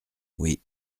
oui